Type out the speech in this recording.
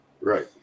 Right